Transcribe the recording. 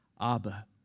Abba